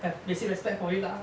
have basic respect for it lah